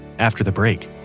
after the break